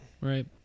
Right